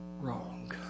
wrong